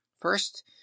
First